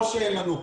או שאין לנו,